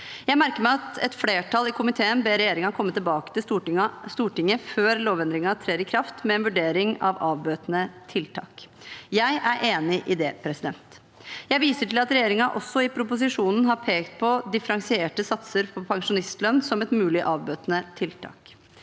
Jeg merker meg at et flertall i komiteen ber regjeringen komme tilbake til Stortinget før lovendringen trer i kraft med en vurdering av avbøtende tiltak. Jeg er enig i det. Jeg viser til at regjeringen i proposisjonen også har pekt på differensierte satser for pensjonistlønn som et mulig avbøtende tiltak.